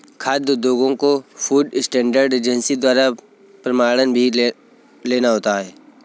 खाद्य उद्योगों को फूड स्टैंडर्ड एजेंसी द्वारा प्रमाणन भी लेना होता है